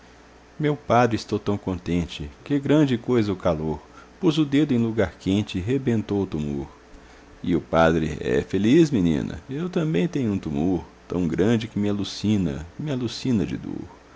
meu padre estou tão contente que grande coisa o calor pus o dedo em lugar quente e rebentou o tumor e o padre é feliz menina eu também tenho um tumor tão grande que me alucina que me alucina de dor